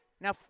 Now